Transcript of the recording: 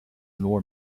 more